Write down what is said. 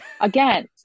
Again